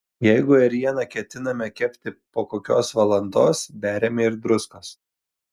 jeigu ėrieną ketiname kepti po kokios valandos beriame ir druskos